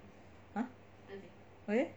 !huh! again